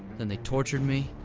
then they tortured me,